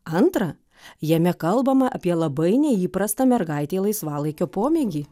antra jame kalbama apie labai neįprastą mergaitei laisvalaikio pomėgį